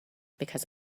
because